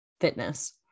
fitness